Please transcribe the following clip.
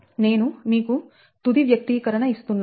నేను మీకు తుది వ్యక్తీకరణ ఇస్తున్నాను